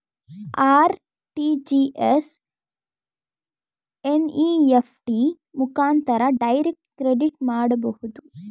RTGS, NEFT ಮುಖಾಂತರ direct credit ಮಾಡಬಹುದು